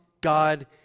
God